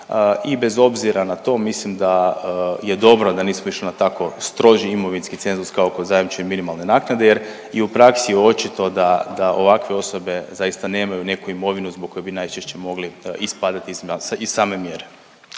i bez obzira na to mislim da je dobro da nismo išli na tako stroži imovinski cenzus kao kod zajamčene minimalne naknade jer i u praksi je očito da, da ovakve osobe zaista nemaju nekakvu imovinu zbog koje bi najčešće mogli ispadati iz same mjere.